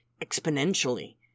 exponentially